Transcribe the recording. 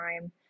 time